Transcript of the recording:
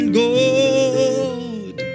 gold